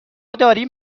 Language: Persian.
داریم